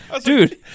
dude